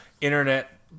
internet